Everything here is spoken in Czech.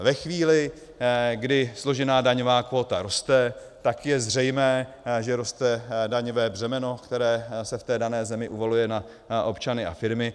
Ve chvíli, kdy složená daňová kvóta roste, tak je zřejmé, že roste daňové břemeno, které se v té dané zemi uvaluje na občany a firmy.